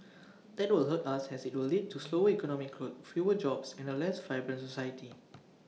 that will hurt us as IT will lead to slower economic growth fewer jobs and A less vibrant society